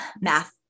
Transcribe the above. math